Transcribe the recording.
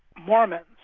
mormons,